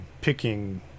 picking